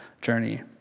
journey